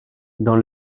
dans